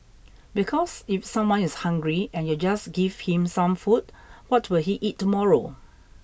because if someone is hungry and you just give him some food what will he eat tomorrow